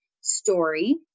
story